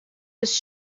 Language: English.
was